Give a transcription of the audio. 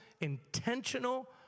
intentional